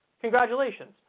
Congratulations